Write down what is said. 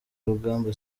rugamba